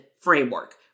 framework